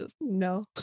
no